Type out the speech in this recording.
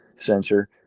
sensor